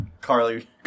Carly